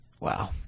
Wow